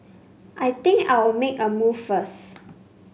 I think I'll make a move first